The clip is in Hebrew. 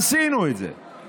עשינו את זה.